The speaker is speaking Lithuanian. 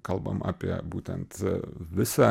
kalbam apie būtent a visą